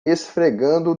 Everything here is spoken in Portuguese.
esfregando